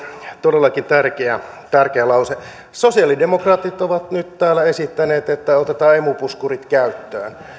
todellakin tärkeä tärkeä lause sosialidemokraatit ovat nyt täällä esittäneet että otetaan emu puskurit käyttöön